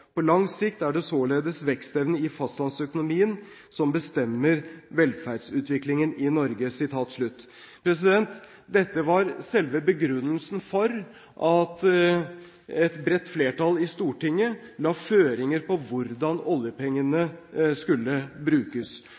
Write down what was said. På lang sikt er det således vekstevnen i fastlandsøkonomien som bestemmer velferdsutviklingen i Norge.» Dette var selve begrunnelsen for at et bredt flertall i Stortinget la føringer for hvordan oljepengene skulle brukes,